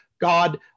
God